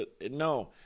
No